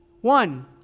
One